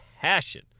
passion